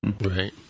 Right